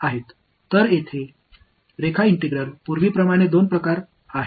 எனவே இங்கே line integrals இரண்டு வகைகள் உள்ளன